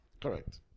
Correct